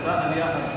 היתה עלייה,